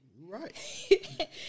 right